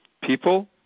people